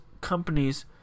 companies